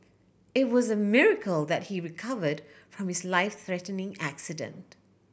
it was a miracle that he recovered from his life threatening accident